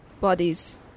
bodies